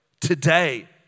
today